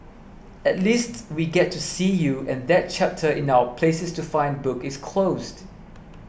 at least we get to see you and that chapter in our places to find book is closed